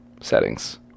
settings